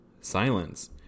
silence